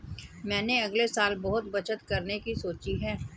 मैंने अगले साल बहुत बचत करने की सोची है